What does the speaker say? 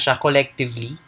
collectively